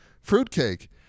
fruitcake